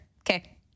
Okay